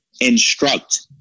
instruct